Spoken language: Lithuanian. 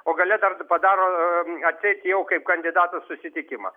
o gale dar padaro atseit jau kaip kandidatas susitikimą